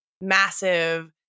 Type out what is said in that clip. massive